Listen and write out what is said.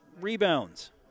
rebounds